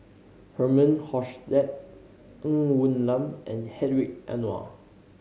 Herman Hochstadt Ng Woon Lam and Hedwig Anuar